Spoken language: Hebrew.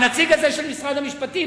הנציג הזה של משרד המשפטים,